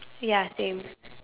ya same